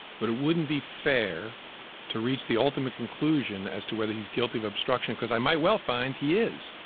but it wouldn't be fair to reach the ultimate conclusion as to whether he's guilty of obstruction because i might well find he is.